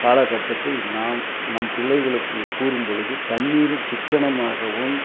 காலகட்டத்தை நாம் நம் பிள்ளைகளுக்கு கூறும்பொழுது தண்ணீரை சிக்கனமாகவும்